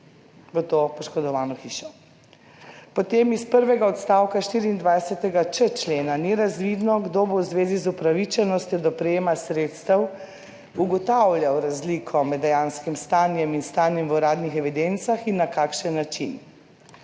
v to poškodovano hišo. Potem iz prvega odstavka 24.č člena ni razvidno kdo bo v zvezi z upravičenostjo do prejema sredstev ugotavljal razliko med dejanskim stanjem in stanjem v uradnih evidencah in na kakšen način.